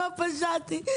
מה פשעתי?